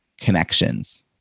connections